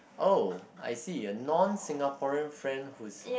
oh I see non-Singaporean friends whose